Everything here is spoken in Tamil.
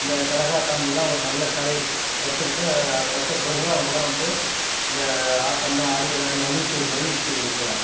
இந்த கரகாட்டம் இதெலாம் ஒரு நல்ல கலை கற்றுக்கிட்டு கற்ற பிறகுதான் அவங்களெலாம் வந்து இந்த ஆட்டமெலாம் ஆடி எல்லோரையும் மகிழ்ச்சி மகிழ்விச்சு விக்கிறாங்க